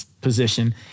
position